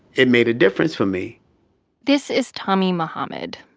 it made a difference for me this is tommie muhammad,